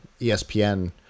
ESPN